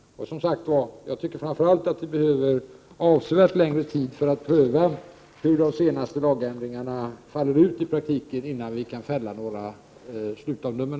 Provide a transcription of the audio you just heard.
Och, som sagt, jag tycker framför allt att vi behöver avsevärt längre tid för att pröva hur de senaste lagändringarna faller ut i praktiken innan vi kan fälla några slutomdömen.